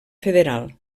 federal